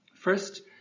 First